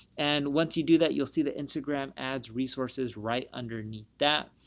and once you do that, you'll see the instagram ads resources right underneath that.